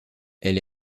elle